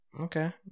Okay